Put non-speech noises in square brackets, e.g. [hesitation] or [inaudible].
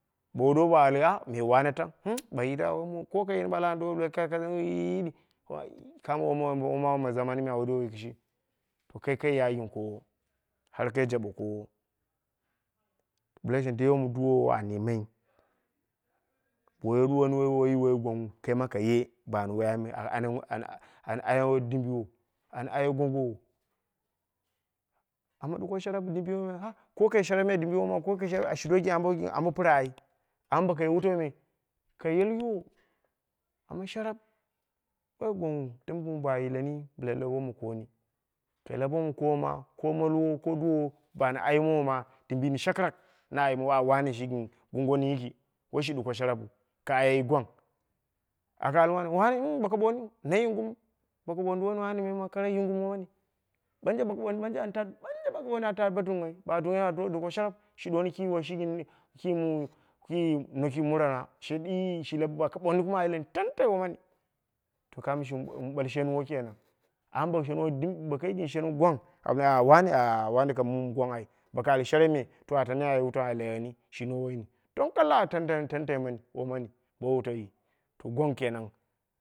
Bowu dowu a ɓale ɗɨnga, ai me wane tang ko kayini ɓala an do ɓalmai yiyidi kamo wonduwoi womawu ma zaman me awu do rikici, to kai kaiya gɨn koowo har kar jaɓa koowo, bɨla shang dai wumu duwou an yimai bo duwuni woiyi woi gwong nghu kai ma kaye ba ani wai ayim ani ani diyewo dimbiwo an aye gongowo amma ɗuko sharap gɨn dibiwo ha ko kai sharap me ma dibiwo, ko kai sharap me ma shi do gɨn ambo pɨra ai amma bokai wutau me kai yol yiwo, amma sharap, woi gwang nghu dɨm mu ba yileni ɓila lau woma kooni, kai lab woma koowo ma ko molwa ko dawowo baani aimowo ma dimbini shakɨrak na aimowo a wane shigɨn bo gongoni yiki woi shi duko sharappu, ka ayeyi gwang, aka al wane wane [hesitation] boko ɓooniu na yungum, boko ɓooni woini wani yimmaiyu makara yunggum mani ɓanje bo ka ɓooni ɓanje, ɓanje boko ɓooni an ta bo dunghai, ba duwi an do ɗuko sharap shi duwoni ki woi shi gɨn, ki mun ki noki murana shi ɗii shi lab baka ɓooni kuma a yileni tantai womani, to kamo shimi wu ɓale shenwo kenan amma be shenwo dɨm bo kai gɨn shen gwang awu ɓalmai wane ah wane kam mum gwang ai boko alyi sharap me, to a tani aye wutau a legheni shi nowe yini tong kalla a tantai womani bo wutaun to gwang kenan.